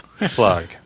Plug